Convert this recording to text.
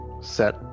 set